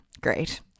Great